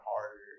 harder